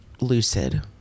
lucid